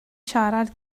siarad